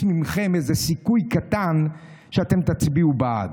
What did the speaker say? מכם איזה סיכוי קטן שאתם תצביעו בעד.